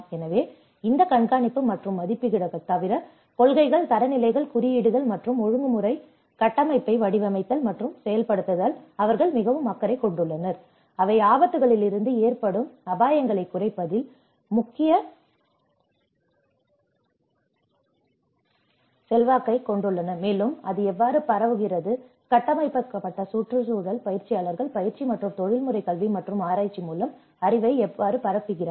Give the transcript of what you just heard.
எனவே இந்த கண்காணிப்பு மற்றும் மதிப்பீடுகளைத் தவிர கொள்கைகள் தரநிலைகள் குறியீடுகள் மற்றும் ஒழுங்குமுறை கட்டமைப்பை வடிவமைத்தல் மற்றும் செயல்படுத்துவதில் அவர்கள் மிகவும் அக்கறை கொண்டுள்ளனர் அவை ஆபத்துகளிலிருந்து ஏற்படும் அபாயங்களைக் குறைப்பதில் முக்கிய செல்வாக்கைக் கொண்டுள்ளன மேலும் இது எவ்வாறு பரவுகிறது கட்டமைக்கப்பட்ட சுற்றுச்சூழல் பயிற்சியாளர்கள் பயிற்சி மற்றும் தொழில்முறை கல்வி மற்றும் ஆராய்ச்சி மூலம் அறிவை எவ்வாறு பரப்புகிறார்கள்